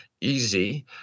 easy